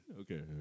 Okay